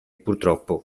purtroppo